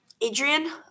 Adrian